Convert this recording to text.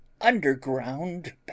underground